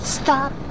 stop